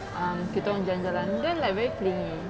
um kita orang jalan-jalan then like very clingy